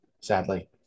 Sadly